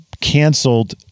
canceled